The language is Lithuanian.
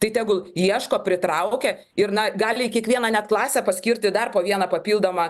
tai tegul ieško pritraukia ir na gali į kiekvieną net klasę paskirti dar po vieną papildomą